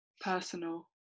personal